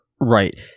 Right